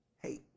Hey